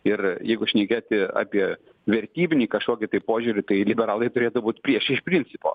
ir jeigu šnekėti apie vertybinį kažkokį tai požiūrį tai liberalai turėtų būt prieš iš principo